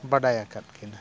ᱵᱟᱰᱟᱭ ᱟᱠᱟᱫ ᱠᱤᱱᱟ